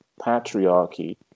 patriarchy